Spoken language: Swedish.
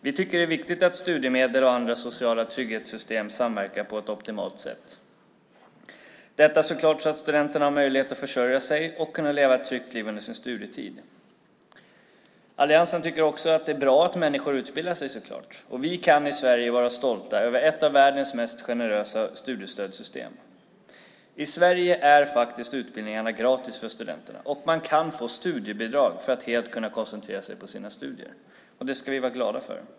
Vi tycker att det är viktigt att studiemedel och andra sociala trygghetssystem samverkar på ett optimalt sätt, så att studenterna har möjlighet att försörja sig och leva ett tryggt liv under sin studietid. Alliansen tycker också att det såklart är bra att människor utbildar sig. Och vi kan i Sverige vara stolta över ett av världens mest generösa studiestödssystem. I Sverige är faktiskt utbildningarna gratis för studenterna, och man kan få studiebidrag för att helt kunna koncentrera sig på sina studier. Och det ska vi vara glada för.